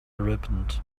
ripened